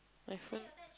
my phone